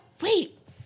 wait